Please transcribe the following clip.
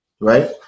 right